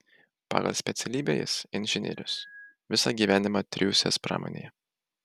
pagal specialybę jis inžinierius visą gyvenimą triūsęs pramonėje